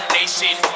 Nation